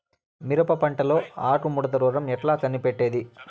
మిరప పంటలో ఆకు ముడత రోగం ఎట్లా కనిపెట్టేది?